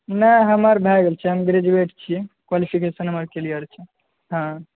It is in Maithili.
नहि हमर भय गेल छै हमर ग्रेजुएट छियै क्वालिफिकेशन हमर क्लियर छै हॅं